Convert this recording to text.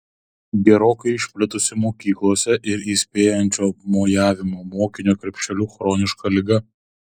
gerokai išplitusi mokyklose ir įspėjančio mojavimo mokinio krepšeliu chroniška liga